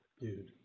dude